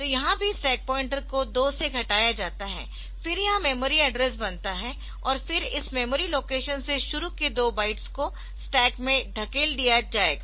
तो यहाँ भी स्टैक पॉइंटर को 2 से घटाया जाता है फिर यह मेमोरी एड्रेस बनता है और फिर इस मेमोरी लोकेशन से शुरू के दो बाइट्स को स्टैक में धकेल दिया जाएगा